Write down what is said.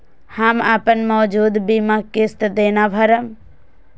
हम अपन मौजूद बीमा किस्त केना भरब?